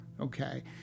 okay